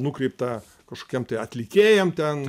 nukreipta kažkokiem tai atlikėjam ten